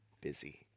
busy